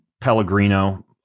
Pellegrino